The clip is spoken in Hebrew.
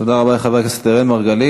תודה רבה לחבר הכנסת אראל מרגלית.